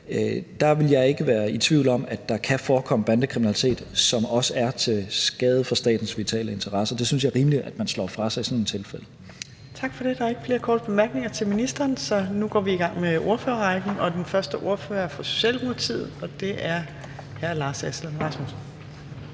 ville jeg ikke være i tvivl om at der kan forekomme bandekriminalitet, som også er til skade for statens vitale interesser. Jeg synes, det er rimeligt, at man slår fra sig i sådan nogle tilfælde. Kl. 18:41 Fjerde næstformand (Trine Torp): Tak for det. Der er ikke flere korte bemærkninger til ministeren, så nu går vi i gang med ordførerrækken. Den første ordfører er fra Socialdemokratiet, og det er hr. Lars Aslan Rasmussen.